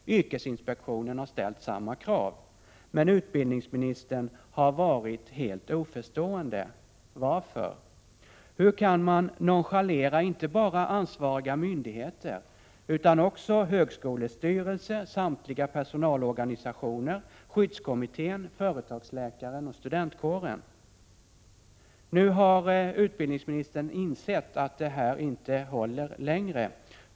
Yrkesinspektionen har ställt samma krav. Men utbildningsministern har varit helt oförstående. Varför? Hur kan man nonchalera inte bara ansvariga myndigheter utan också högskolestyrelsen, samtliga personalorganisationer, skyddskommittén, företagsläkaren och studentkåren? Nu har utbildningsministern insett att det inte håller längre.